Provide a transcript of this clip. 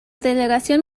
delegación